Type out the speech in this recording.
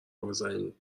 بزنی